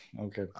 Okay